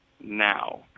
now